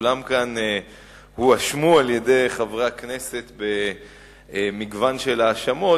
שהואשמו כאן כולם על-ידי חברי הכנסת במגוון של האשמות,